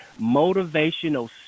motivational